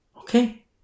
Okay